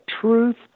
truth